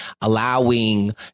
allowing